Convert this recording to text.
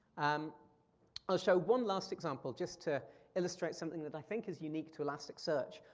um i'll show one last example just to illustrate something that i think is unique to elasticsearch.